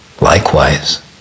likewise